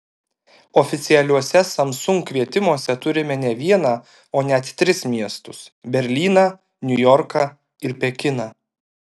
oficialiuose samsung kvietimuose turime ne vieną o net tris miestus berlyną niujorką ir pekiną